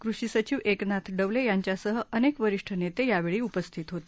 कृषी सचिव एकनाथ डवले यांच्यासह अनेक वरिष्ठ नेते यावेळी उपस्थित होते